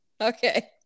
Okay